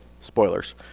Spoilers